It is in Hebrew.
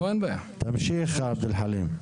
תמשיך עבד אלחלים.